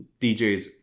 DJs